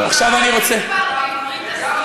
אם כבר בעברית עסקינן,